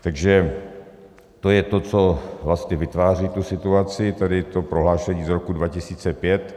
Takže to je to, co vlastně vytváří tu situaci, tedy prohlášení z roku 2005.